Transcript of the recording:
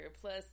Plus